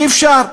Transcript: אי-אפשר.